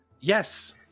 Yes